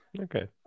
Okay